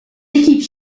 équipes